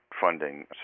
funding